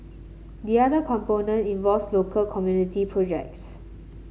the other component involves local community projects